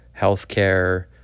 healthcare